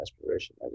aspiration